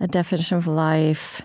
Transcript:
a definition of life.